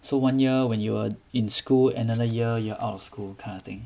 so one year when you're in school another year you are out of school kind of thing